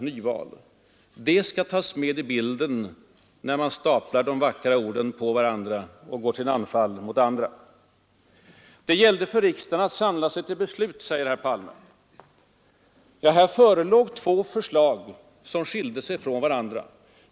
Det är detta som ligger bakom herr Palmes många vackra ord och hans anfall mot oss. Det gällde för riksdagen att ”samla sig till beslut”, säger herr Palme. Ja, det förelåg två förslag som skilde sig från varandra.